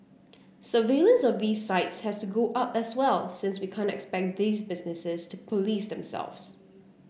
surveillance of these sites has to go up as well since we can't expect these businesses to police themselves